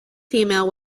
female